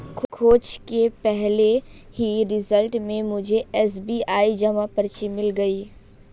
खोज के पहले ही रिजल्ट में मुझे एस.बी.आई जमा पर्ची मिल गई